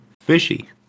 Fishy